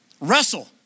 wrestle